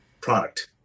product